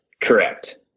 Correct